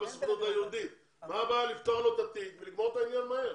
מה הבעיה לפתוח לו את התיק ולגמור את העניין מהר?